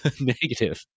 negative